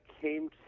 came